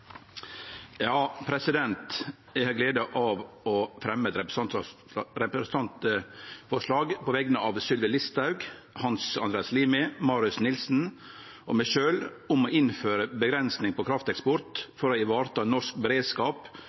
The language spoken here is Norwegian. har gleda av å fremje eit representantforslag på vegner av Sylvi Listhaug, Hans Andreas Limi, Marius Arion Nilsen og meg sjølv om å innføre avgrensing på krafteksport for å vareta norsk beredskap